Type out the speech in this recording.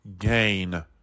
gain